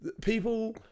People